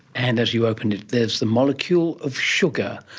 and as you open it, there is the molecule of sugar,